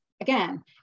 again